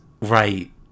Right